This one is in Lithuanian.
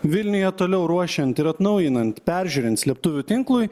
vilniuje toliau ruošiant ir atnaujinant peržiūrint slėptuvių tinklui